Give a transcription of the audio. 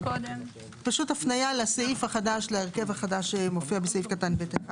פשוט הפניה להרכב החדש שמופיע בסעיף קטן (ב1).